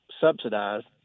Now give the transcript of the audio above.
subsidized